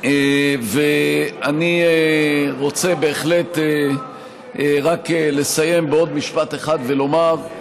ואני רוצה בהחלט רק לסיים בעוד משפט אחד ולומר,